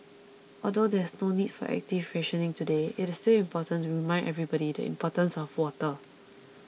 although there is no need for active rationing today it is still important to remind everybody the importance of water